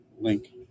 link